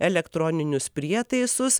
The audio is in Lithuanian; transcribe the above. elektroninius prietaisus